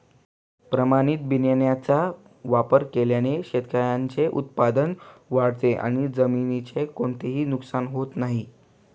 प्रमाणित बियाण्यांचा वापर केल्याने शेतकऱ्याचे उत्पादन वाढते आणि जमिनीचे कोणतेही नुकसान होत नाही